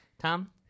Tom